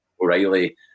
O'Reilly